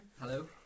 Hello